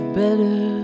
better